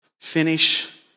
finish